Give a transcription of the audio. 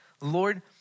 Lord